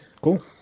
Cool